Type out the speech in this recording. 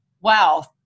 wow